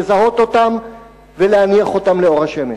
לזהות אותם ולהניח אותם לאור השמש.